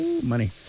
Money